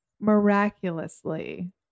miraculously